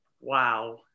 wow